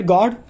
God